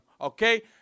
Okay